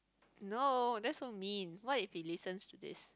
no that so mean why if he listen to this